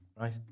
right